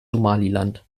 somaliland